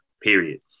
period